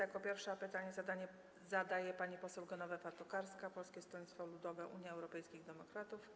Jako pierwsza pytanie zadaje pani poseł Genowefa Tokarska, Polskie Stronnictwo Ludowe - Unia Europejskich Demokratów.